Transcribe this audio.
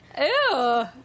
Ew